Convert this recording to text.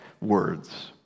words